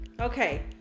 Okay